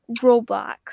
Roblox